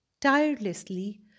tirelessly